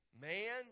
man